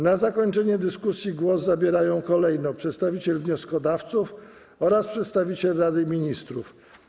Na zakończenie dyskusji głos zabierają kolejno przedstawiciel wnioskodawców oraz przedstawiciel Rady Ministrów.